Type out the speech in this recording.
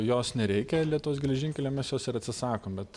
jos nereikia lietuvos geležinkeliam mes jos ir atsisakom bet